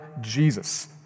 Jesus